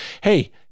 Hey